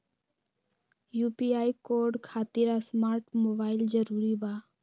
UPI code खातिर smart mobile जरूरी बा?